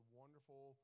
wonderful